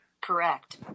correct